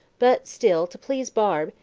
but still, to please barbe,